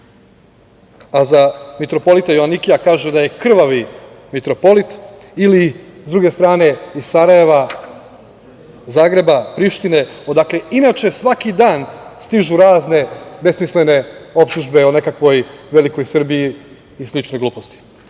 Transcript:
a za mitropolita Joanikija kaže da je krvavi mitropolit ili s druge strane, iz Sarajeva, Zagreba, Prištine, odakle inače svaki dan stižu razne besmislene optužbe o nekakvoj velikoj Srbiji i slične gluposti. Sada